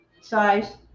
size